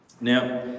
Now